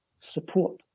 support